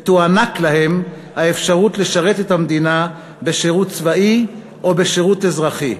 ותוענק להם האפשרות לשרת את המדינה בשירות צבאי או בשירות אזרחי.